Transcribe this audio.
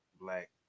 black